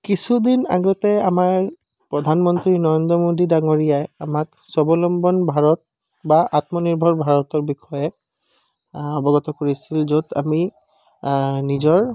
কিছুদিন আগতে আমাৰ প্ৰধানমন্ত্ৰী নৰেন্দ্ৰ মোডী ডাঙৰীয়াই আমাক স্বাৱলম্বন ভাৰত বা আত্মনিৰ্ভৰ ভাৰতৰ বিষয়ে অৱগত কৰিছিল য'ত আমি নিজৰ